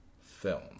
film